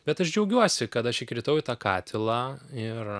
bet aš džiaugiuosi kad aš įkritau į tą katilą ir